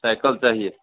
cycle चाहिए